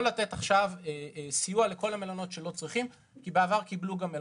לתת סיוע למלונות שלא צריכים כפי שהיה בעבר.